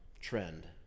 trend